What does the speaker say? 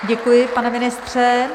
Děkuji, pane ministře.